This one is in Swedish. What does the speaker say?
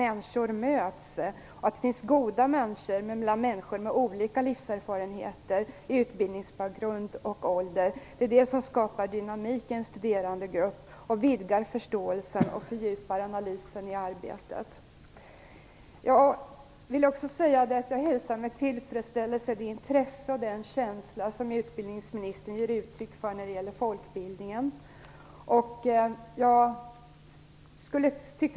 Det som skapar dynamik i en studerandegrupp är just att det finns goda människor med olika livserfarenheter, utbildningsbakgrund och ålder. Detta vidgar förståelsen och fördjupar analysen i arbetet. Jag hälsar med tillfredsställelse det intresse och den känsla som utbildningsministern ger uttryck för när det gäller folkbildningen.